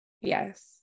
yes